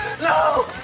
no